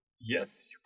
yes